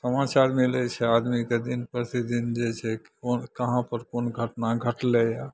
समाचार मिलै छै आदमीके दिन प्रतिदिन जे छै कोन कहाँपर कोन घटना घटलैया